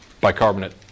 bicarbonate